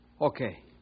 Okay